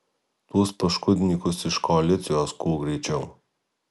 tuos paškudnykus iš koalicijos kuo greičiau